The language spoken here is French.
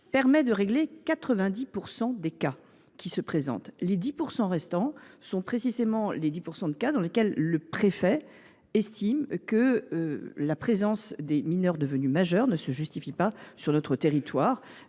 permet de régler 90 % des cas qui se présentent. Les 10 % restants sont précisément ceux pour lesquels le préfet estime que la présence des mineurs devenus majeurs ne se justifie pas sur notre territoire.